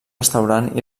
restaurant